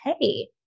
hey